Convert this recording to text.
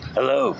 Hello